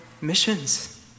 missions